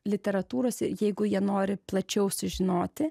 literatūros jeigu jie nori plačiau sužinoti